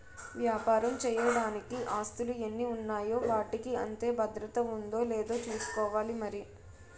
వ్యాపారం చెయ్యడానికి ఆస్తులు ఎన్ని ఉన్నాయో వాటికి అంతే భద్రత ఉందో లేదో చూసుకోవాలి మరి